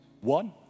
one